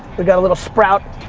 we got a little sprout.